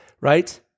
right